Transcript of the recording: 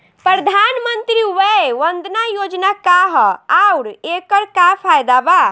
प्रधानमंत्री वय वन्दना योजना का ह आउर एकर का फायदा बा?